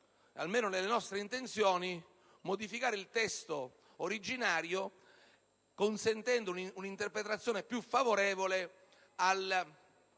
almeno nelle nostre intenzioni, modificare il testo originario consentendo un'interpretazione più favorevole al